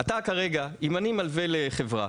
אם אני מלווה לחברה,